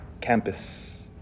campus